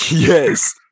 Yes